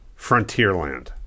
Frontierland